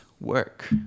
work